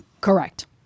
Correct